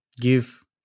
give